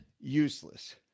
useless